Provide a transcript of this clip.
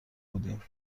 بودیم